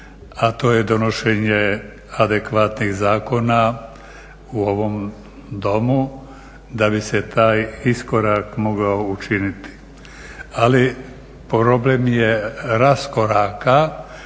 a to je donošenje adekvatnih zakona u ovom domu da bi se taj iskorak mogao učiniti. Ali problem je raskoraka,